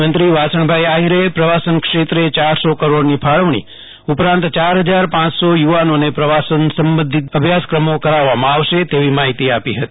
રાજ્યમંત્રી વાસણભાઈ આહિરે પ્રવાસન ક્ષેત્રે ચારસો કરોડની ફાળવણી ઉપરાંત ચાર ફજાર પાંચસો યુ વાનોને પ્રવાસન સંબંધિત વિવિધ અભ્યાસક્રમો કરાવવામાં આવશે તેવી માહિતી આપી હતી